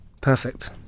perfect